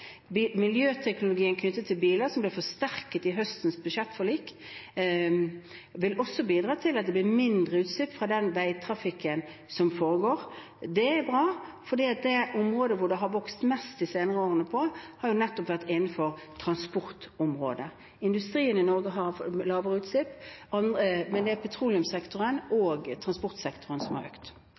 Miljøteknologien knyttet til biler, som ble forsterket i høstens budsjettforlik, vil også bidra til at det blir mindre utslipp fra veitrafikken. Det er bra, for det området hvor det har vokst mest de senere årene, har nettopp vært transportområdet. Industrien i Norge har lavere utslipp, men det er petroleumssektoren og transportsektoren som har økt.